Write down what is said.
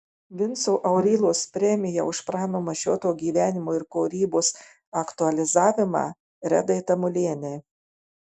vinco aurylos premija už prano mašioto gyvenimo ir kūrybos aktualizavimą redai tamulienei